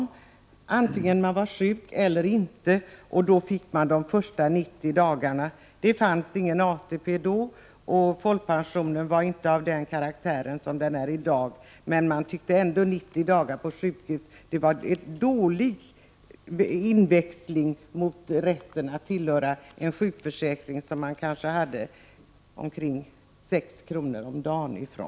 Vare sig man var sjuk eller inte fick man de första 90 dagarna. Det fanns ingen ATP då, och folkpensionen var inte av samma karaktär som i dag. Man tyckte att 90 dagar på sjukhus var en dålig inväxling mot rätten att tillhöra en sjukförsäkring, som då betalade omkring 6 kr. om dagen.